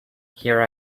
here